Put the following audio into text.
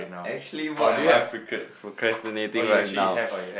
actually what am I procra~ procrastinating right now